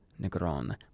Negron